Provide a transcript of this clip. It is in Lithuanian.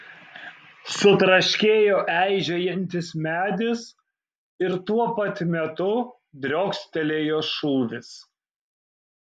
sutraškėjo eižėjantis medis ir tuo pat metu driokstelėjo šūvis